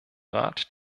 rat